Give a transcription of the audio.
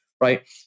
right